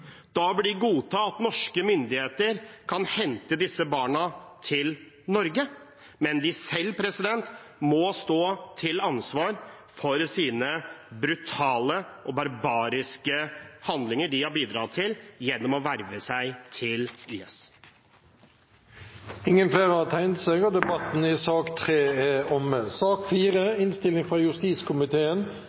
da bør de godta at norske myndigheter kan hente disse barna til Norge, men de selv må stå til ansvar for sine brutale og barbariske handlinger, som de har bidratt til gjennom å verve seg til IS. Flere har ikke bedt om ordet til sak nr. 3. Etter ønske fra justiskomiteen